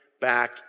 back